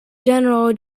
general